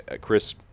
Chris